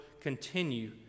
continue